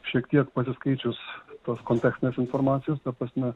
šiek tiek pasiskaičius tos kontekstinės informacijos ta prasme